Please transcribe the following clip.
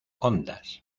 ondas